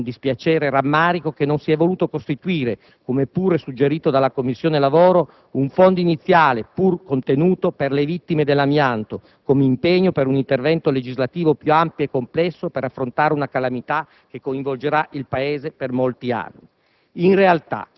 constatare con dispiacere e rammarico che non si è voluto costituire, come pure suggerito dalla Commissione lavoro, un fondo iniziale, pur contenuto, per le vittime dell'amianto, come impegno per un intervento legislativo più ampio e complesso per affrontare una calamità che coinvolgerà il Paese per molti anni.